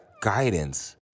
guidance